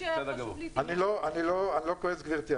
שחשוב להתייחס --- אני לא כועס גבירתי,